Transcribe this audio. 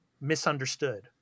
misunderstood